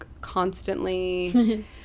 constantly